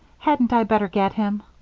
hadn't i better get him?